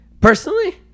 Personally